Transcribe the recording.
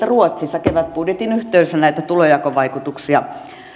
ruotsissa kevätbudjetin yhteydessä näitä tulonjakovaikutuksia